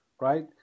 Right